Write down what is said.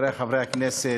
חברי חברי הכנסת,